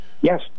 Yes